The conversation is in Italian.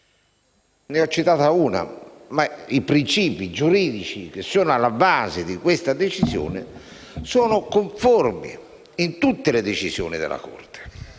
Ne ho citata una, ma i principi giuridici che sono alla base di questa decisione sono conformi in tutte le decisioni della Corte.